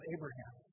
Abraham